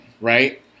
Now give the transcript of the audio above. right